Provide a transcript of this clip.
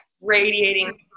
radiating